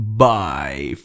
bye